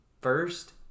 First